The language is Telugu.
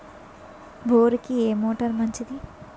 బోరుకి ఏ మోటారు మంచిది?